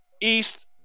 East